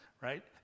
right